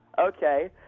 okay